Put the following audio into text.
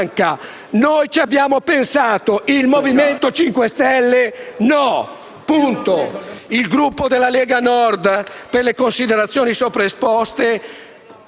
Noi ci abbiamo pensato, il Movimento 5 Stelle no. Punto. Il Gruppo della Lega Nord, per le considerazioni sopra esposte,